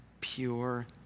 pure